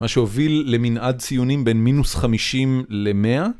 מה שהוביל למנעד ציונים בין מינוס חמישים למאה.